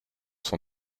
son